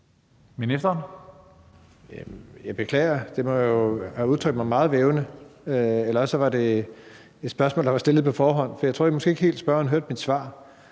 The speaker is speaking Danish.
Bruus): Jeg beklager. Der må jeg jo have udtrykt mig meget vævende, eller også var det et spørgsmål, der var stillet på forhånd. For jeg tror måske ikke helt, spørgeren hørte mit svar.